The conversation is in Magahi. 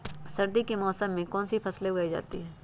सर्दी के मौसम में कौन सी फसल उगाई जाती है?